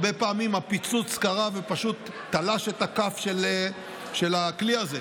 הרבה פעמים הפיצוץ קרה ופשוט תלש את הכף של הכלי הזה,